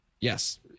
Yes